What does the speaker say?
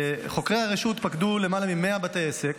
חוקרי הרשות פקדו למעלה מ-100 בתי עסק